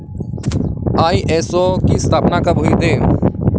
ISO की स्थापना कब हुई थी?